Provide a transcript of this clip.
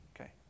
okay